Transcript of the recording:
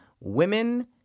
Women